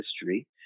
history